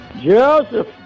Joseph